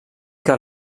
que